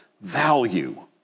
value